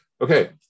Okay